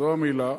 זו המלה.